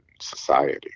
society